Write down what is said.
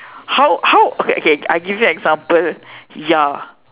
how how okay okay I give you example ya